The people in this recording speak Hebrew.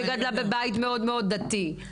שגדלה בבית מאוד מאוד דתי,